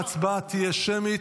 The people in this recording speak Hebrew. ההצבעה תהיה שמית.